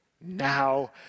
now